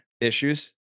issues